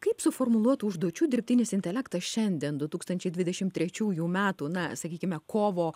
kaip suformuluotų užduočių dirbtinis intelektas šiandien du tūkstančiai dvidešim trečiųjų metų na sakykime kovo